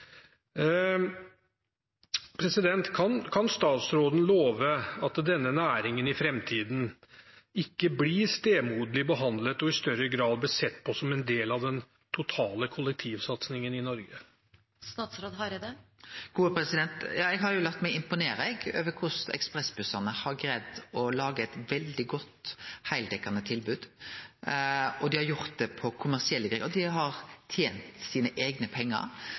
Kan statsråden love at denne næringen i framtiden ikke blir stemoderlig behandlet, og i større grad blir sett på som en del av den totale kollektivsatsingen i Norge? Ja, eg har jo latt meg imponere over korleis ekspressbussane har greidd å lage eit veldig godt heildekkande tilbod. Dei har gjort det på kommersielle vilkår, og dei har tent sine eigne pengar.